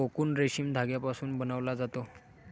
cocoon रेशीम धाग्यापासून बनवला जातो